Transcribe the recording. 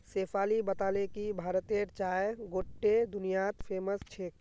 शेफाली बताले कि भारतेर चाय गोट्टे दुनियात फेमस छेक